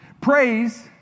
Praise